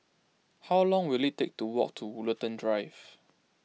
how long will it take to walk to Woollerton Drive